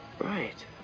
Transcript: Right